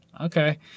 Okay